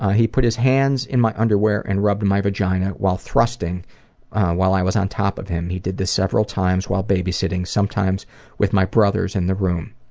ah he put his hands in my underwear and rubbed my vagina while thrusting while i was on top of him. he did this several times while babysitting, sometimes with my brothers in the room.